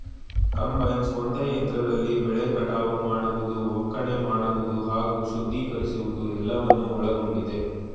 combines ಒಂದೇ ಯಂತ್ರದಲ್ಲಿ ಬೆಳೆ ಕಟಾವು ಮಾಡುವುದು ಒಕ್ಕಣೆ ಮಾಡುವುದು ಹಾಗೂ ಶುದ್ಧೀಕರಿಸುವುದು ಎಲ್ಲವನ್ನು ಒಳಗೊಂಡಿದೆ